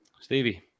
Stevie